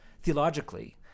theologically